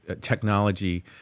technology